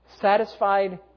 satisfied